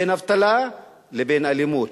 בין אבטלה לבין אלימות,